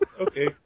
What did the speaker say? Okay